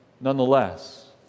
nonetheless